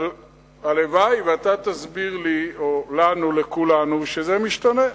אבל הלוואי שאתה תסביר לי או לנו לכולנו שזה משתנה.